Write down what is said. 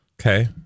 Okay